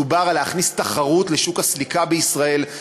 מדובר בהכנסת תחרות לשוק הסליקה בישראל,